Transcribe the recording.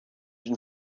been